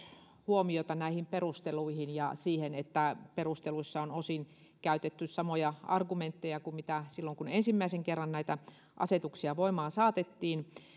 huomiota näihin perusteluihin ja siihen että perusteluissa on osin käytetty samoja argumentteja kuin silloin kun ensimmäisen kerran näitä asetuksia voimaan saatettiin